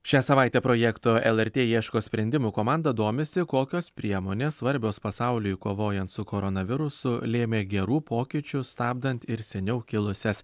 šią savaitę projekto lrt ieško sprendimų komanda domisi kokios priemonės svarbios pasauliui kovojant su koronavirusu lėmė gerų pokyčių stabdant ir seniau kilusias